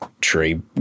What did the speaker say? Tree